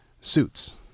Suits